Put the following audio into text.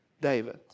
David